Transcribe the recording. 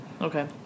Okay